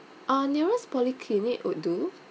uh nearest polyclinic would do